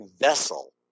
vessel